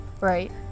right